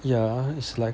ya it's like